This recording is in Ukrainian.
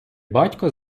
батько